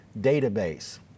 database